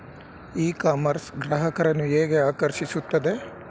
E commerce ಗ್ರಾಹಕರನ್ನು ಹೇಗೆ ಆಕರ್ಷಿಸುತ್ತದೆ?